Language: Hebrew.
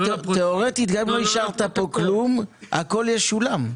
תיאורטית, גם אם לא אישרת פה כלום הכול ישולם.